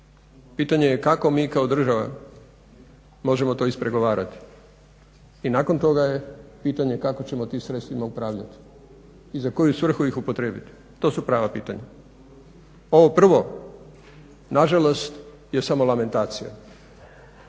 pitanje je kako mi kao država možemo to ispregovarati i nakon toga je pitanje kako ćemo tim sredstvima upravljati i za koju svrhu ih upotrijebiti? To su prava pitanja. Ovo prvo nažalost je samo lamentacija